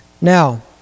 Now